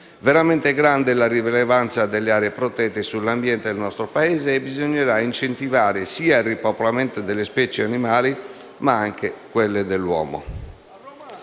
Veramente grande è la rilevanza delle aree protette sull'ambiente del nostro Paese e bisognerà incentivare sia il ripopolamento delle specie animali, che quello dell'uomo.